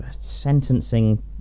sentencing